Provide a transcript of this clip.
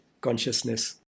consciousness